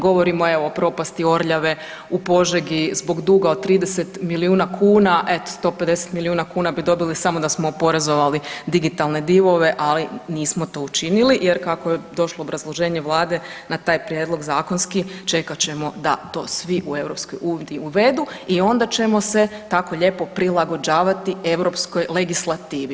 Govorimo evo propasti Orljave u Požegi zbog duga od 30 milijuna kuna, eto 150 milijuna kuna bi dobili samo da smo oporezovali digitalne divove, ali nismo to učinili jer kako je došlo obrazloženje Vlade na taj prijedlog zakonski čekat ćemo da to svi u EU uvedu i onda ćemo se tako lijepo prilagođavati europskoj legislativi.